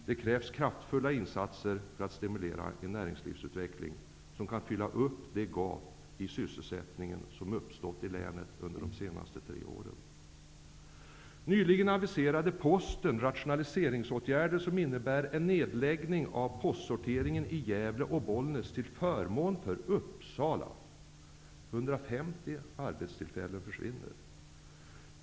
Det krävs kraftfulla insatser för att stimulera en näringslivsutveckling som kan fylla upp det gap i sysselsättningen som uppstått i länet under de senaste tre åren. arbetstillfällen försvinner.